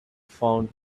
found